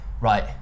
right